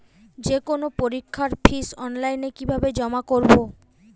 যে কোনো পরীক্ষার ফিস অনলাইনে কিভাবে জমা করব?